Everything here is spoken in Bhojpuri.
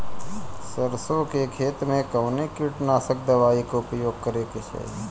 सरसों के खेत में कवने कीटनाशक दवाई क उपयोग करे के चाही?